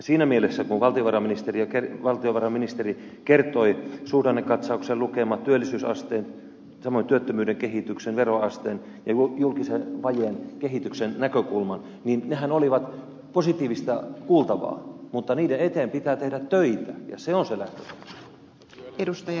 siinä mielessä kun valtiovarainministeri kertoi suhdannekatsauksen lukemat työllisyysasteen samoin työttömyyden kehityksen veroasteen ja julkisen vajeen kehityksen näkökulman niin nehän olivat positiivista kuultavaa mutta niiden eteen pitää tehdä töitä ja se on se lähtökohta